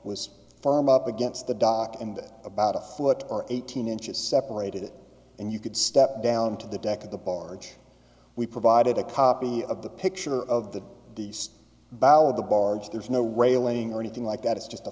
was firm up against the dock and that about a foot or eighteen inches separated it and you could step down to the deck of the barge we provided a copy of the picture of the beast bow of the barge there's no railing or anything like that it's just a